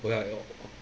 oh like oh